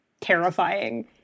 terrifying